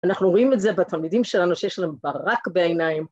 אנחנו רואים את זה בתלמידים שלנו שיש להם ברק בעיניים.